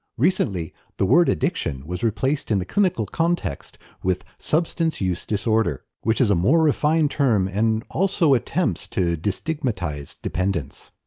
recently the word addiction was replaced in the clinical context with substance use disorder which is a more refined term and also attempts to destigmatise dependence.